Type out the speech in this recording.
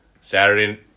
Saturday